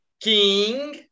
King